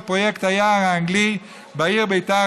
את פרויקט היער האנגלי בעיר בית"ר